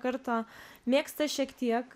karto mėgsta šiek tiek